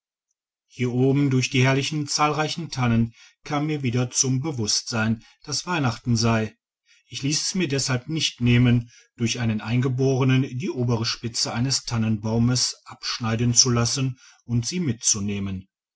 hier oben durch die herrlichen zahlreichen tannen kam mir wieder zum bewusstsein dass weihnachten sei ich liess es mir deshalb nicht nehmen durch einen eingeborenen die obere spitze eines tannenbaumes abschneiden zu lassen und sie mitzunehmen